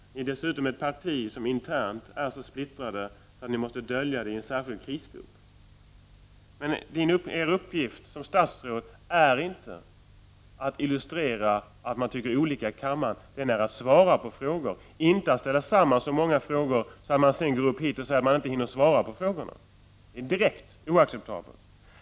Ni är dessutom ett parti som internt är så splittrat att ni måste dölja det genom en särskild krisgrupp. Er uppgift som statsråd är inte att illustrera att man tycker olika i kammaren. Er uppgift är att svara på frågor, inte att ställa samman så många frågor att man sedan kan gå upp och säga att man inte hinner svara på dem. Detta är direkt oacceptabelt.